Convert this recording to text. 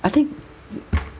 I think